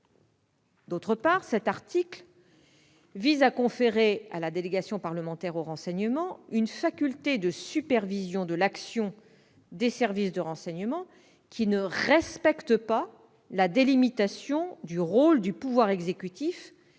ailleurs, cet article vise à conférer à la délégation parlementaire au renseignement une faculté de supervision de l'action des services de renseignement qui ne respecte pas la délimitation du rôle du pouvoir exécutif